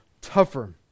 tougher